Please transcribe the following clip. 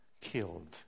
killed